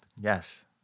Yes